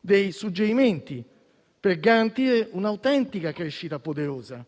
dei suggerimenti per garantire un'autentica crescita poderosa.